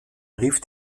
rief